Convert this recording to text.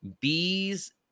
bees